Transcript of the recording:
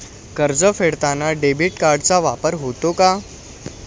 कर्ज फेडताना डेबिट कार्डचा वापर होतो का?